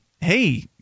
hey –